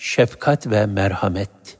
Şefkat ve merhamet.